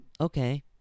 Okay